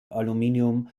aluminium